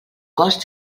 cost